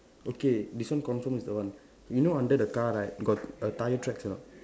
okay this one confirm is the one you know under the car right got a tyre tracks or not